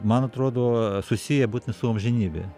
man atrodo susiję būten su amžinybe